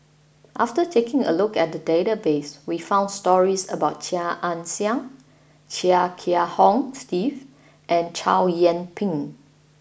after taking a look at the database we found stories about Chia Ann Siang Chia Kiah Hong Steve and Chow Yian Ping